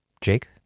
Jake